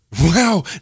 wow